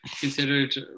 considered